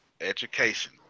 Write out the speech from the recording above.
Education